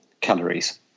calories